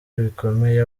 bikomeye